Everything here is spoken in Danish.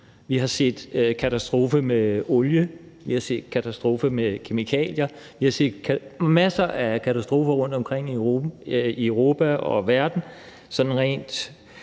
Vi har set katastrofe med olie, og vi har set katastrofe med kemikalier. Vi har set masser af katastrofer rundtomkring i Europa og verden, sådan rent